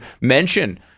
mention